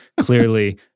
Clearly